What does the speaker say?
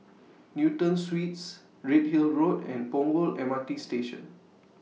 Newton Suites Redhill Road and Punggol M R T Station